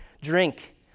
drink